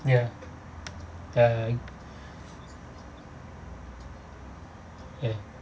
ya uh ya